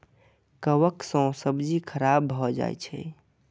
कवक सं सब्जी खराब भए जाइ छै